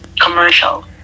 commercial